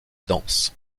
dense